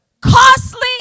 Costly